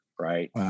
right